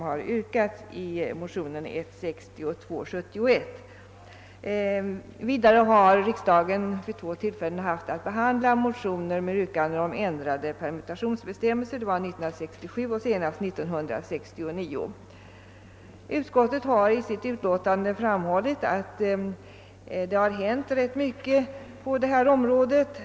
Det var en åtgärd som alltså gick i en riktning rakt motsatt den som påyrkats i motionerna 1:60 och II:”71. Vidare har riksdagen vid två tillfällen haft att be Utskottet har i sitt utlåtande framhållit att det har hänt ganska mycket på detta område.